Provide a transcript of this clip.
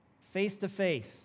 face-to-face